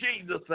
Jesus